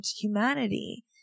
humanity